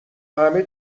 همه